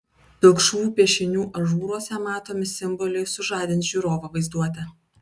pilkšvų piešinių ažūruose matomi simboliai sužadins žiūrovo vaizduotę